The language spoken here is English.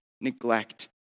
neglect